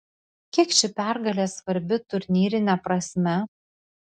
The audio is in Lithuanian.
kiek ši pergalė svarbi turnyrine prasme